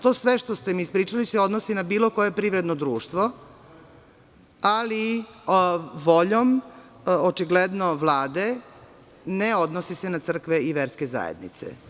To sve što ste mi ispričali se odnosi na bilo koje privredno društvo ali voljom, očigledno Vlade, ne odnosi se na crkve i verske zajednice.